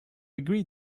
agree